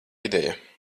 ideja